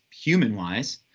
human-wise